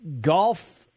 golf